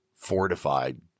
fortified